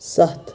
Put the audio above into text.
سَتھ